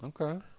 Okay